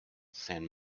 san